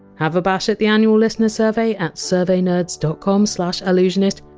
have a bash at the annual listener survey at surveynerds dot com slash allusionist!